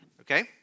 okay